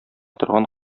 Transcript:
торган